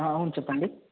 అవును చెప్పండి